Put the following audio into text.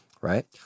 right